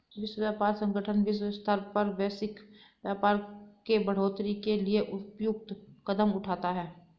विश्व व्यापार संगठन विश्व स्तर पर वैश्विक व्यापार के बढ़ोतरी के लिए उपयुक्त कदम उठाता है